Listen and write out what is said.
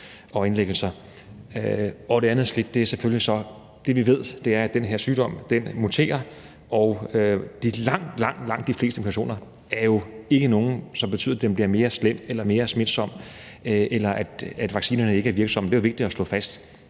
Det andet skridt vedrører selvfølgelig så, at vi ved, at den her sygdom muterer. Langt, langt de fleste mutationer betyder jo ikke, at sygdommen bliver mere slem eller mere smitsom, eller at vaccinerne ikke er virksomme – det er vigtigt at slå fast